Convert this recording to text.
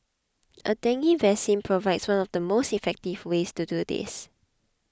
a dengue vaccine provides one of the most effective ways to do this